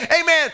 amen